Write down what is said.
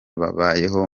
babayeho